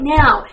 now